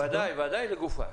ודאי לגופם.